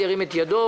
ירים את ידו.